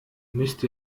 müsst